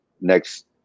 next